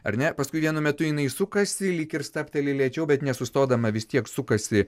ar ne paskui vienu metu jinai sukasi lyg ir stabteli lėčiau bet nesustodama vis tiek sukasi